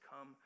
come